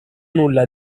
nulla